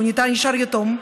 שנשאר יתום,